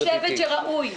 אני חושבת שראוי,